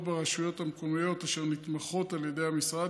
ברשויות המקומיות אשר נתמכות על ידי המשרד,